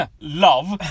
love